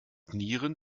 nieren